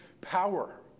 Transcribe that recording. power